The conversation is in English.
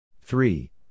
Three